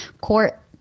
Court